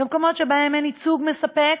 במקומות שבהם אין ייצוג מספק,